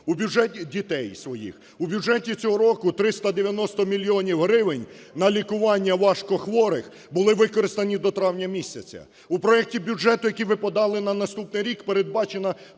У бюджеті цього року 390 мільйонів гривень на лікування важкохворих були використані до травня місяця. У проекті бюджету, який ви подали на наступний рік, передбачена